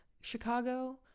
Chicago